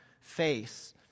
face